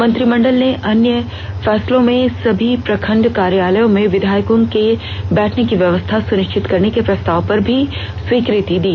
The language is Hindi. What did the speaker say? मंत्रिमंडल ने अन्य फेसलों में सभी प्रखंड कार्यालयों में विधायकों के बैठने की व्यवस्था सुनिश्चित करने के प्रस्ताव पर भी स्वीकृति दी